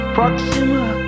Proxima